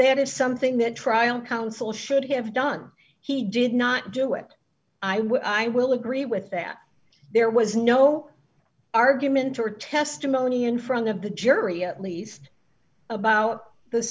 there is something that trial counsel should have done he did not do it i will agree with that there was no argument or testimony in front of the jury at least about the